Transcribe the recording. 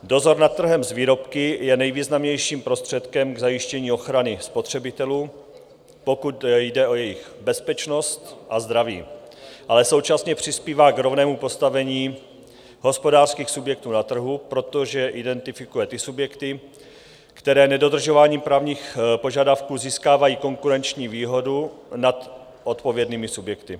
Dozor nad trhem s výrobky je nejvýznamnějším prostředkem k zajištění ochrany spotřebitelů, pokud jde o jejich bezpečnost a zdraví, ale současně přispívá k rovnému postavení hospodářských subjektů na trhu, protože identifikuje ty subjekty, které nedodržováním právních požadavků získávají konkurenční výhodu nad odpovědnými subjekty.